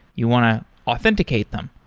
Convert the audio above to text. you want to authenticate them.